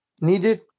needed